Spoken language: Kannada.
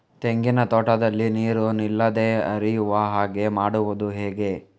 ತೆಂಗಿನ ತೋಟದಲ್ಲಿ ನೀರು ನಿಲ್ಲದೆ ಹರಿಯುವ ಹಾಗೆ ಮಾಡುವುದು ಹೇಗೆ?